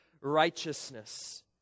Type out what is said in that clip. righteousness